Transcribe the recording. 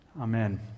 Amen